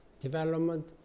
development